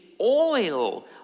oil